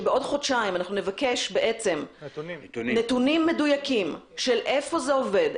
ובעוד חודשיים נבקש נתונים מדויקים של איפה זה עובד,